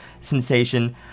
sensation